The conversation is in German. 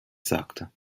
sagte